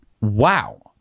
Wow